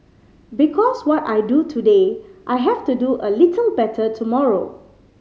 because what I do today I have to do a little better tomorrow